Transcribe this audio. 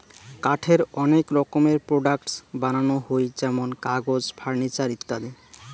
কাঠের অনেক রকমের প্রোডাক্টস বানানো হই যেমন কাগজ, ফার্নিচার ইত্যাদি